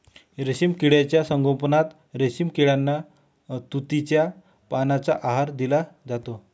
रेशीम किड्यांच्या संगोपनात रेशीम किड्यांना तुतीच्या पानांचा आहार दिला जातो